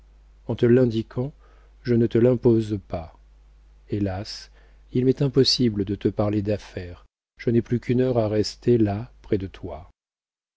en te l'indiquant je ne te l'impose pas hélas il m'est impossible de te parler d'affaires je n'ai plus qu'une heure à rester là près de toi